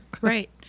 right